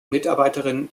mitarbeiterin